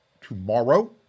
tomorrow